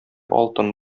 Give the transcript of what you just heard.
алтын